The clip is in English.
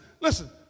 listen